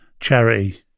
charity